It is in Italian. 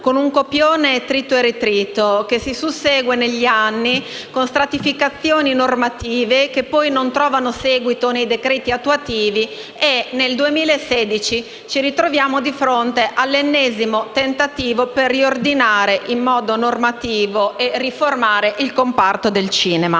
con un copione trito e ritrito che si sussegue negli anni con stratificazioni normative che poi non trovano seguito nei decreti attuativi. E nel 2016 ci ritroviamo di fronte all’ennesimo tentativo di riordinare la normativa e riformare il comparto del cinema.